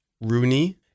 Rooney